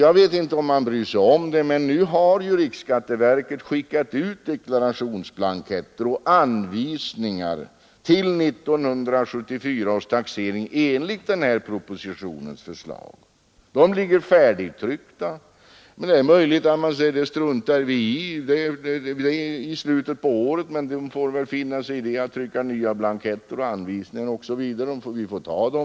Jag vet inte om man bryr sig om det, men nu har ju riksskatteverket skickat ut deklarationsblanketter och anvisningar för 1974 års taxering enligt propositionens förslag. De ligger färdigtryckta. Men det är möjligt att man säger att det struntar vi i — det är visserligen i slutet på året men myndigheterna får finna sig i att trycka nya blanketter och anvisningar, och kostnaderna härför får man ta.